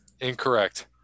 Incorrect